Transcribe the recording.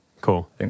Cool